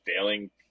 failing